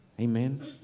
Amen